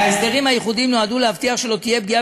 ההסדרים הייחודיים נועדו להבטיח שלא תהיה פגיעה